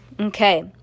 Okay